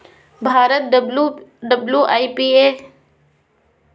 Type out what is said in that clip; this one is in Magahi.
भारत डब्ल्यू.आई.पी.ओ के सदस्य हइ और डब्ल्यू.आई.पी.ओ द्वारा प्रशासित संधि के पार्टी हइ